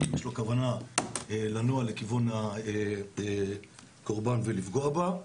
אם יש לו כוונה לנוע לכיוון הקורבן ולפגוע בה.